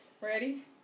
ready